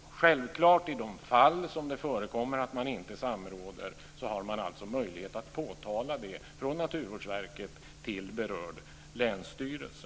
I de fall där det förekommer att man inte samråder har man självfallet möjlighet att påtala det från Naturvårdsverket till berörd länsstyrelse.